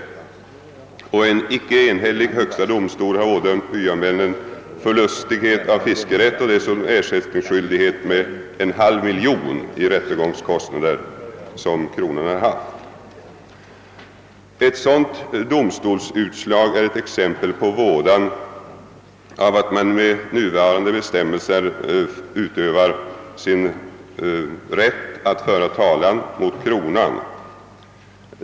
Högsta domstolen -— vars utslag icke var enhälligt — har ådömt byamännen förlust av fiskerätten och dessutom =: ersättningsskyldighet med över en halv miljon i rättegångskostnader som kronan har haft. Detta domstolsutslag är ett exempel på vådan av att med nuvarande bestämmelser begagna sig av sin rätt att föra talan mot kronan.